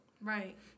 Right